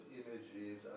images